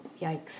yikes